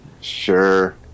Sure